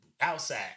outside